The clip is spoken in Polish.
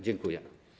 Dziękuję.